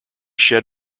shed